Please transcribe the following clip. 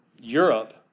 Europe